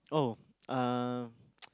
oh uh